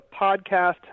podcast